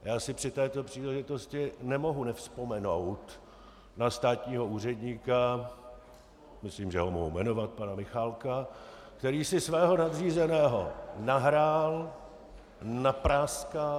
Já si při této příležitosti nemohu nevzpomenout na státního úředníka, myslím, že ho mohu jmenovat, pana Michálka, který si svého nadřízeného nahrál, napráskal.